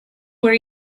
where